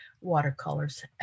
watercolors